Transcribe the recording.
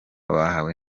bahawe